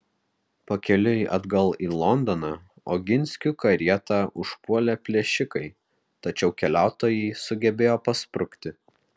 pakeliui atgal į londoną oginskių karietą užpuolė plėšikai tačiau keliautojai sugebėjo pasprukti